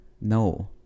no